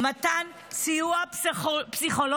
מתן סיוע פסיכולוגי.